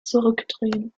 zurückdrehen